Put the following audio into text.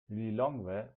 lilongwe